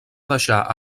deixar